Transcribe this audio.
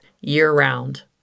year-round